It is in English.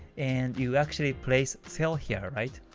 and you actually place sell here, right?